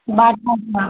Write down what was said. बाटा की